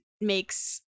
makes